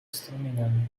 strumieniami